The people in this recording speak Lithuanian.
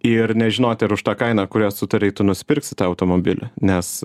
ir nežinoti ar už tą kainą kurią sutarei tu nusipirksi tą automobilį nes